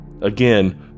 Again